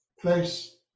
place